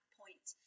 point